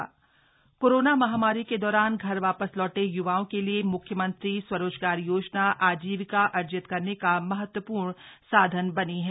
corona और स्वरोजगार corona महामारी के दौरान घर वा स लौटे युवाओ के लिए मुख्यमंत्री स्वरोजगार योजना आजीविका अर्जित करने का महत्वपूर्ण साधन बनी है